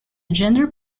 gender